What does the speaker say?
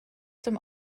dem